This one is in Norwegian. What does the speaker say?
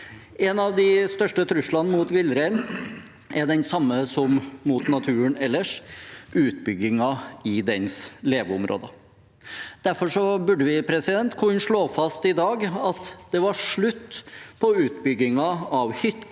En av de største truslene mot villreinen er den samme som mot naturen ellers – utbyggingen i dens leveområder. Derfor burde vi kunne slå fast i dag at det er slutt på utbyggingen av hytter